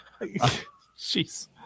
Jeez